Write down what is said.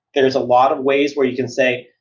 there is a lot of ways where you can say,